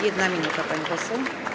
1 minuta, pani poseł.